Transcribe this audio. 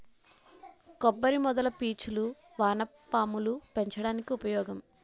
కొబ్బరి మొదల పీచులు వానపాములు పెంచడానికి ఉపయోగం